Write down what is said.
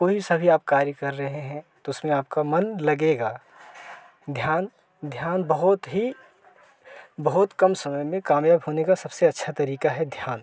कोई सा भी आप कार्य कर रहे हैं तो उसमें आपका मन लगेगा ध्यान ध्यान बहुत ही बहुत कम समय में कामयाब होने का सबसे अच्छा तरीका है ध्यान